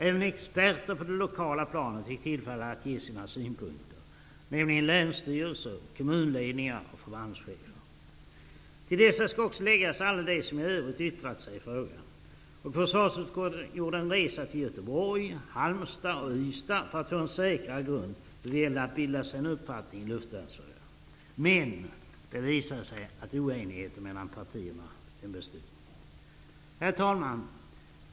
Även experter på det lokala planet fick tillfälle att ge sina synpunkter, nämligen länsstyrelser, kommunledningar och förbandschefer. Till dessa skall också läggas alla som i övrigt yttrat sig i frågan. Försvarsutskottet gjorde också en resa till Göteborg, Halmstad och Ystad för att få en säkrare grund då det gällde att bilda sig en uppfattning i luftvärnsfrågan. Men det visade sig att oenigheten mellan partierna bestod. Herr talman!